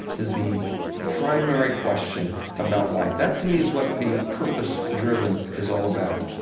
is the primary question about life. that, to me, is what being purpose-driven is all about.